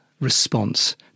response